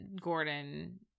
Gordon